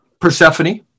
Persephone